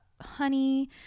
honey